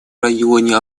районе